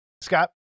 Scott